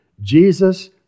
Jesus